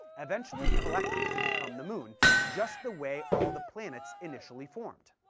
eventually collected to become the moon just the way all the planets initially formed.